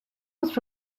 was